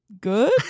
good